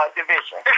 division